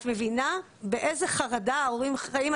את מבינה באיזה חרדה ההורים חיים?